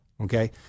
okay